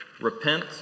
Repent